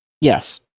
Yes